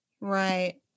Right